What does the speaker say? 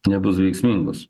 nebus veiksmingos